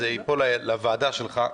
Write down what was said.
קידום החוק הזה ייפול לוועדה שלך.